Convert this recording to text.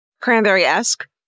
Cranberry-esque